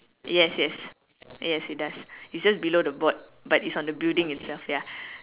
yes yes yes it does it's just below the board but it's on the building itself ya